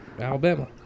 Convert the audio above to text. Alabama